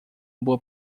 boa